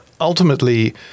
Ultimately